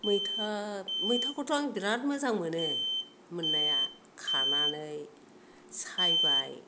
मैथा मैथाखौथ' आं बिराद मोजां मोनो मोननाया खानानै सायबाय